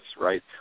right